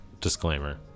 disclaimer